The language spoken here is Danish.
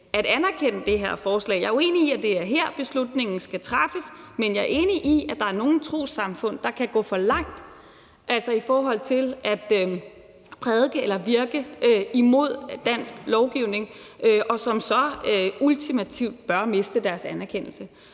Jeg er uenig i, at det er her, beslutningen skal træffes, men jeg er enig i, at der er nogle trossamfund, der kan gå for langt i forhold til at prædike eller virke imod dansk lovgivning, og som så ultimativt bør miste deres anerkendelse.